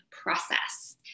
process